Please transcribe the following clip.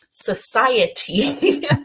society